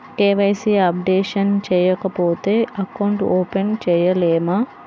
KYC updation చేయకపోతే account open చేయలేమా?